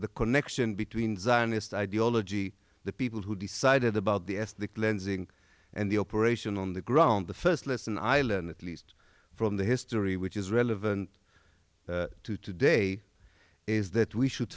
the connection between the zionist ideology the people who decided about the as the cleansing and the operation on the ground the first lesson i learned at least from the history which is relevant to today is that we should